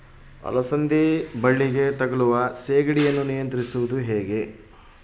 ಅಲಸಂದಿ ಬಳ್ಳಿಗೆ ತಗುಲುವ ಸೇಗಡಿ ಯನ್ನು ನಿಯಂತ್ರಿಸುವುದು ಹೇಗೆ?